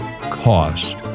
cost